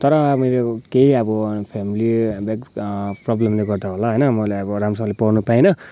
तर अब केही अब फेमिली ब्याक प्रब्लमले गर्दा होला होइन मैले अब राम्रोसँगले पढ्नु पाइनँ